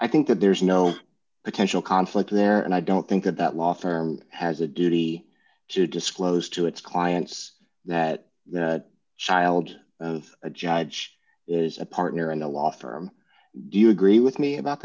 i think that there's no potential conflict there and i don't think that that law firm has a duty to disclose to its clients that the child a judge is a partner in a law firm you agree with me about